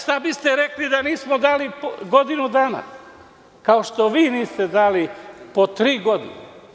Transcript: Šta biste rekli da nismo dali godinu dana, kao što vi niste dali po tri godine?